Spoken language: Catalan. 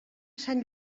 sant